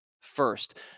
first